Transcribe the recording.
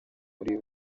muri